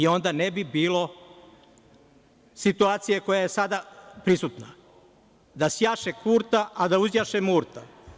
Onda ne bi bilo situacije koja je sada prisutna, da sjaše Kurta a da uzjaše Murta.